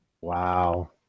Wow